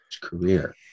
career